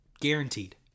Guaranteed